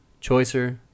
Choicer